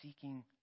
seeking